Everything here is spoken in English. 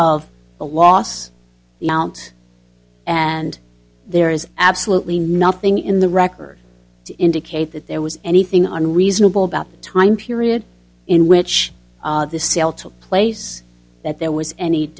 of a loss and there is absolutely nothing in the record to indicate that there was anything on reasonable about the time period in which the sale took place that there was any